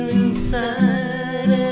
inside